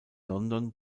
london